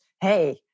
hey